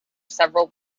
several